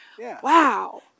wow